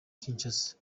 kinshasa